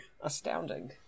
Astounding